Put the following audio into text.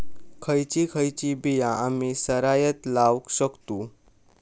खयची खयची बिया आम्ही सरायत लावक शकतु?